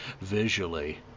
visually